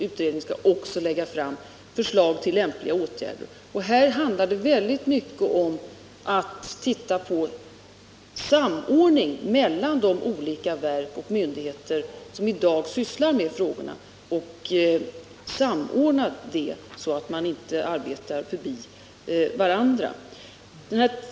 Utredningen skall också lägga fram förslag till lämpliga åtgärder. Här rör det sig om att försöka få till stånd en samordning mellan de olika verk och myndigheter som i dag sysslar med frågorna, så att de inte arbetar förbi varandra.